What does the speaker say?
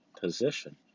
position